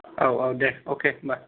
औ औ दे अके होनबा